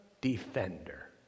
defender